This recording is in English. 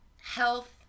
health